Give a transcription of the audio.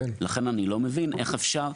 לכן אני לא מבין איך אפשר.